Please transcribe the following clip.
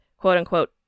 quote-unquote